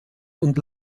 und